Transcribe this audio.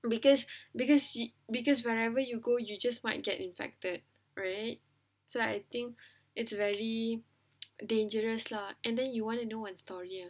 because because she because wherever you go you just might get infected right so I think it's very dangerous lah and then you want to know a story here